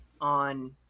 on